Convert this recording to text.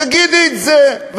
תגידי את זה.